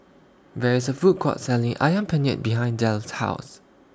There IS A Food Court Selling Ayam Penyet behind Delle's House